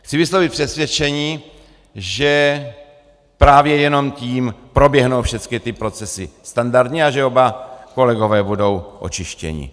Chci vyslovit přesvědčení, že právě jenom tím proběhnou všechny ty procesy standardně a že oba kolegové budou očištěni.